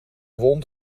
wond